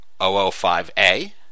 005A